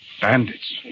Bandits